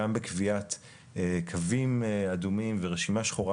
גם בקביעת קווים אדומים ורשימה שחורה